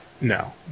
No